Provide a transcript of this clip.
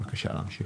בבקשה, להמשיך.